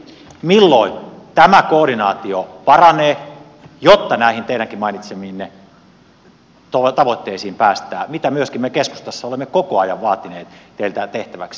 milloin tämä koordinaatio paranee jotta näihin teidänkin mainitsemiinne tavoitteisiin päästään mitä myöskin me keskustassa olemme koko ajan vaatineet teiltä tehtäväksi